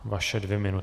Vaše dvě minuty.